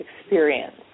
experience